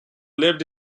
lived